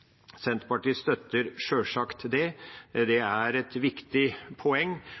Senterpartiet støtter sjølsagt det, det er et viktig poeng,